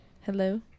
Hello